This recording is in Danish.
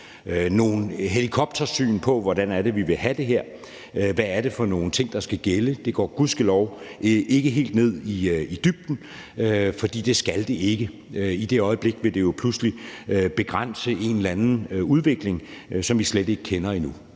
nogle helikoptersyn på, hvordan det er, vi vil have det her, og hvad det er for nogle ting, der skal gælde. Det går gudskelov ikke helt ned i dybden, for det skal det ikke. I det øjeblik det gør det, vil det pludselig begrænse en eller anden udvikling, som vi slet ikke kender endnu.